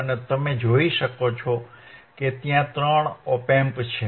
અને તમે જોઈ શકો છો કે ત્યાં ત્રણ Op Amps છે